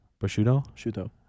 Prosciutto